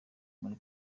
muri